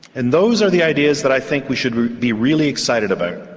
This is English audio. and those are the ideas that i think we should be really excited about.